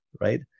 right